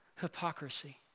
hypocrisy